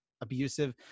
abusive